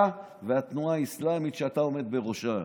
אתה והתנועה האסלאמית שאתה עומד בראשה.